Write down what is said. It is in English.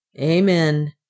Amen